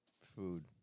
food